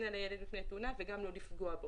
על הילד מפני תאונה וגם לא לפגוע בו.